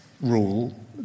rule